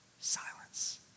silence